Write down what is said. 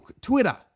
Twitter